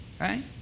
right